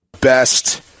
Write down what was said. Best